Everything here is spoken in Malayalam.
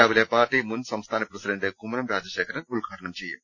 രാവിലെ പാർട്ടി മുൻ സംസ്ഥാന പ്രസിഡന്റ് കുമ്മനം രാജശേഖരൻ ഉദ്ഘാടനം ചെയ്യും